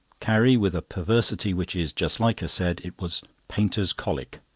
carrie, with a perversity which is just like her, said it was painter's colic,